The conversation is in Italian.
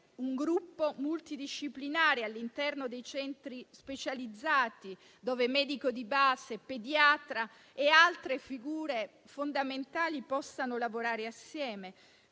un gruppo multidisciplinare all'interno dei centri specializzati, dove medico di base, pediatra e altre figure fondamentali possano lavorare assieme;